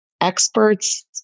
experts